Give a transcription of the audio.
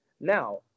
Now